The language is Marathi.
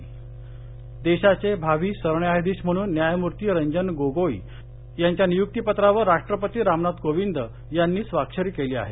रंजन गोगोई देशाचे भावी सरन्यायाधीश म्हणून न्यायमूर्ती रंजन गोगोई यांच्या निय्क्तिपत्रावर राष्ट्रपती रामनाथ कोविंद यांनी स्वाक्षरी केली आहे